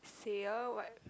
sale what